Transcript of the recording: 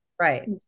right